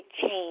change